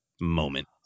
moment